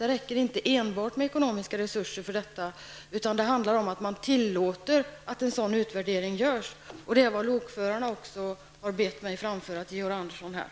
Det räcker inte enbart med ekonomiska resurser för detta, utan det handlar om att tillåta att en sådan utvärdering görs. Detta är också vad lokförarna har bett mig framföra till Georg